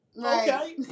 Okay